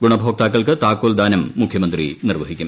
ഗുണഭോക്താക്കൾക്ക് താക്കോൽ ദാനം മുഖ്യമന്ത്രി നിർവ്വഹിക്കും